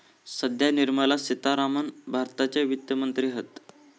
सध्या निर्मला सीतारामण भारताच्या वित्त मंत्री हत